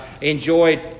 enjoyed